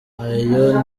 ayo